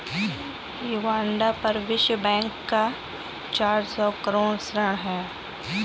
Uganda पर विश्व bank का चार सौ करोड़ ऋण है